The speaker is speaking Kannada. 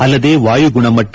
ಅಲ್ಲದೆ ವಾಯುಗುಣಮಟ್ಟ